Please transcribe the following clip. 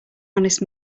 honest